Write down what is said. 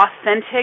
authentic